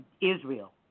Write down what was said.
Israel